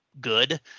good